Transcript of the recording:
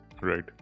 Right